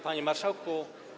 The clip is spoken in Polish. Panie Marszałku!